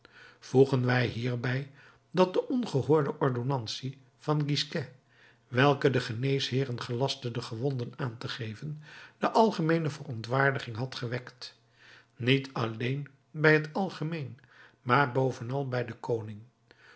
voegen wij hierbij dat de ongehoorde ordonnantie van gisquet welke den geneesheeren gelastte de gewonden aan te geven de algemeene verontwaardiging had gewekt niet alleen bij t algemeen maar bovenal bij den koning